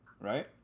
right